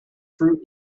fruit